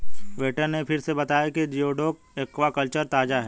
waiter ने फिर उसे बताया कि जिओडक एक्वाकल्चर ताजा है